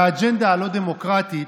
והאג'נדה הלא-דמוקרטית,